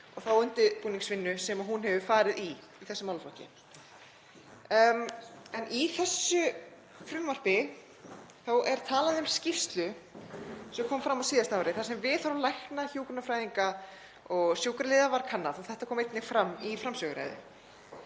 og þá undirbúningsvinnu sem hún hefur farið í í þessum málaflokki. En í þessu frumvarpi er talað um skýrslu sem kom fram á síðasta ári þar sem viðhorf lækna, hjúkrunarfræðinga og sjúkraliða var kannað. Þetta kom einnig fram í framsöguræðu.